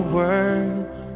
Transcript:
words